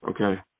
Okay